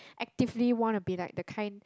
actively wanna be like the kind